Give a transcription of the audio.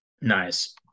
nice